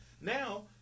Now